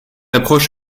approche